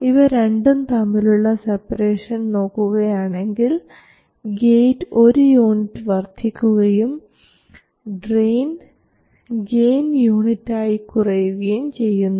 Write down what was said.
ഇവ രണ്ടും തമ്മിലുള്ള സെപ്പറേഷൻ നോക്കുകയാണെങ്കിൽ ഗേറ്റ് ഒരു യൂണിറ്റ് വർദ്ധിക്കുകയും ഡ്രെയിൻ ഗെയിൻ യൂണിറ്റ് ആയി കുറയുകയും ചെയ്യുന്നു